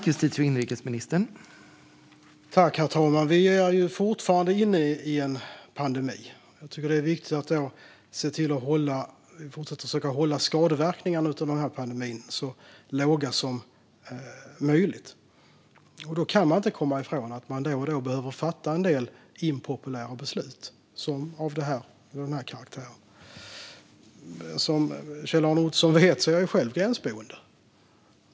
Herr talman! Vi är ju fortfarande inne i en pandemi. Jag tycker att det är viktigt att vi fortsätter försöka hålla skadeverkningarna av pandemin på en så låg nivå som möjligt, och då kan man inte komma ifrån att man då och då behöver fatta en del impopulära beslut av den här karaktären. Som Kjell-Arne Ottosson vet är jag själv gränsboende.